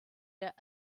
der